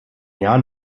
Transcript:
jahren